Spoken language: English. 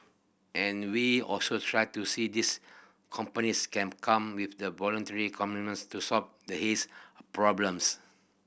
and we'll also try to see these companies can come with the voluntary commitments to solve the haze problems